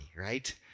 right